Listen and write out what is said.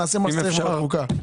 נעשה מה שצריך בוועדת החוקה.